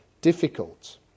difficult